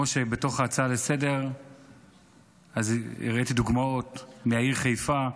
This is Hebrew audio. בתוך ההצעה לסדר-היום הראיתי דוגמאות מהעיר חיפה,